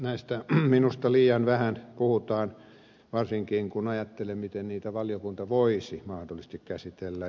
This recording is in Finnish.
näistä minusta liian vähän puhutaan varsinkin kun ajattelee miten niitä valiokunta voisi mahdollisesti käsitellä